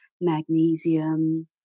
magnesium